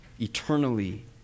eternally